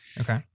Okay